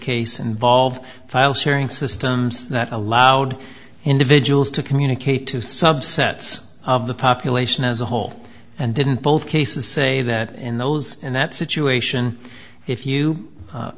case involve file sharing systems that allowed individuals to communicate to subsets of the population as a whole and didn't both cases say that in those in that situation if you